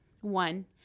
one